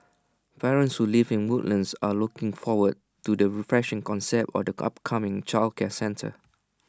parents who live in Woodlands are looking forward to the refreshing concept or the upcoming childcare centre